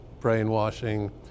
brainwashing